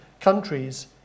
countries